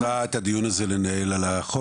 את רוצה את הדיון הזה לקיים על החוק?